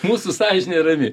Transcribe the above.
mūsų sąžinė rami